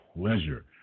pleasure